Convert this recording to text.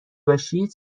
باشید